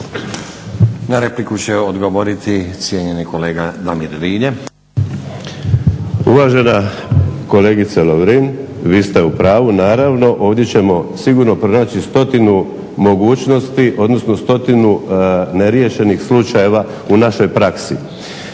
Na repliku će odgovoriti cijenjeni kolega Damir Rilje. **Rilje, Damir (SDP)** Uvažena kolegice Lovrin, vi ste u pravu naravno. Ovdje ćemo sigurno pronaći stotinu mogućnosti, odnosno stotinu neriješenih slučajeva u našoj praksi.